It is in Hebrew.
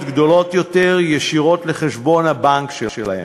גדולות יותר ישירות לחשבון הבנק שלהם,